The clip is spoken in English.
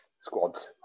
squads